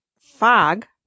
fog